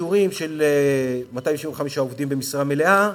פיטורים של 275 עובדים במשרה מלאה,